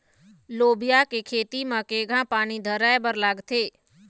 लोबिया के खेती म केघा पानी धराएबर लागथे?